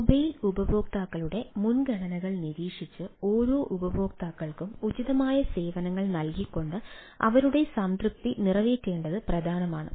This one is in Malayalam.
മൊബൈൽ ഉപയോക്താക്കളുടെ മുൻഗണനകൾ നിരീക്ഷിച്ച് ഓരോ ഉപയോക്താക്കൾക്കും ഉചിതമായ സേവനങ്ങൾ നൽകിക്കൊണ്ട് അവരുടെ സംതൃപ്തി നിറവേറ്റേണ്ടത് പ്രധാനമാണ്